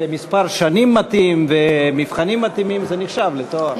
במספר שנים מתאים ומבחנים מתאימים זה נחשב לתואר.